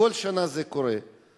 זה קורה בכל שנה.